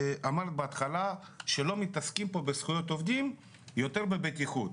אמרת בהתחלה שלא מתעסקים בזכויות עובדים ויותר בבטיחות.